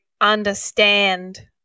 understand